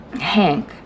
Hank